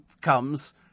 comes